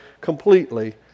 completely